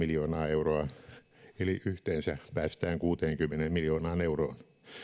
eli yhteensä päästään kuuteenkymmeneen miljoonaan euroon